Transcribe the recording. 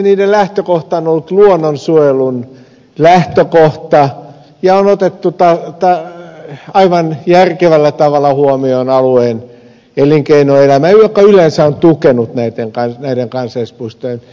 niiden lähtökohta on ollut luonnonsuojelun lähtökohta ja on otettu aivan järkevällä tavalla huomioon alueen elinkeinoelämä joka yleensä on tukenut näiden kansallispuistojen perustamista